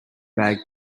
bag